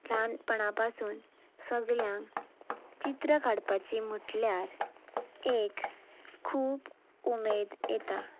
ल्हानपणा पासून सगळ्यांक चित्रां काडपाची म्हटल्यार एक खूब उमेद येता